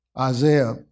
Isaiah